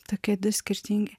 tokie du skirtingi